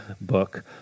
book